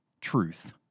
truth